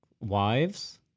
Wives